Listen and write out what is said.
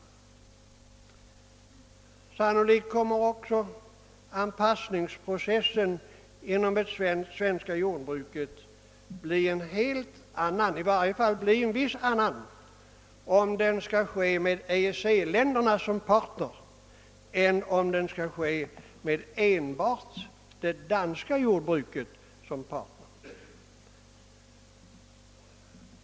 Sannolikt kommer också anpassningsprocessen inom det svenska jordbruket att bli en helt annan eller i varje fall till viss del en annan, om den skall ske med EEC-länderna som partners än om den skall ske med enbart det danska jordbruket som partner.